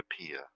appear